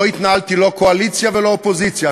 לא התנהלתי לא כקואליציה ולא כאופוזיציה,